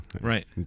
right